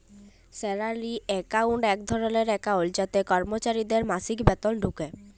salary account এক ধরলের account যাতে করমচারিদের মাসিক বেতল ঢুকে